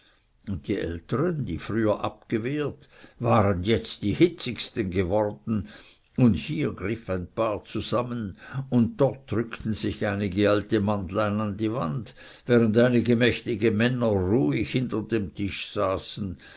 und die älteren die früher abgewehrt waren jetzt die hitzigsten geworden und hier griff ein paar zusammen und dort drückten sich einige alte mannlein an die wand während einige mächtige männer ruhig hinter den tischen saßen